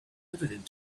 evident